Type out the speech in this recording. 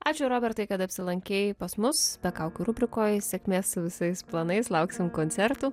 ačiū robertai kad apsilankei pas mus be kaukių rubrikoj sėkmės su visais planais lauksim koncertų